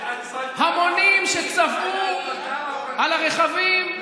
המונים צבאו על הרכבים,